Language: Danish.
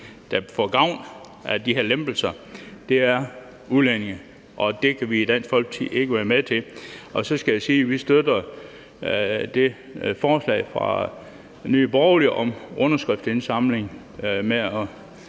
der får gavn af de her lempelser, er udlændinge, og det kan vi i Dansk Folkeparti ikke være med til. Så skal jeg sige, at vi støtter det forslag fra Nye Borgerlige om en underskriftsindsamling i